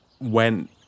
went